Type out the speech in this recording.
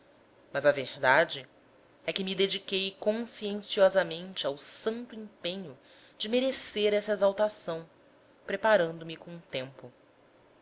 mas a verdade é que me dediquei conscienciosamente ao santo empenho de merecer essa exaltação preparando me com tempo